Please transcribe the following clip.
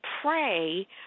pray